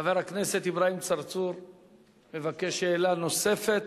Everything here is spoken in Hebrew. חבר הכנסת אברהים צרצור מבקש שאלה נוספת.